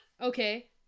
Okay